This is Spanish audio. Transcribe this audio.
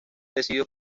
decidió